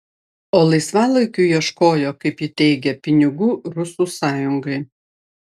o laisvalaikiu ieškojo kaip ji teigė pinigų rusų sąjungai